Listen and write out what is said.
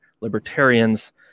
libertarians